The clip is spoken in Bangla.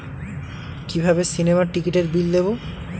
কিভাবে সিনেমার টিকিটের বিল দেবো?